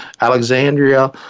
Alexandria